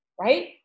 right